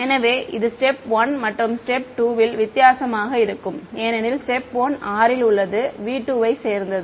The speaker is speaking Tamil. எனவே இது ஸ்டேப் 1 மற்றும் ஸ்டேப் 2 இல் வித்தியாசமாக இருக்கும் ஏனெனில் ஸ்டேப் 1 r இல் உள்ளது V2 யை சேர்ந்தது